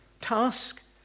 task